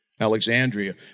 Alexandria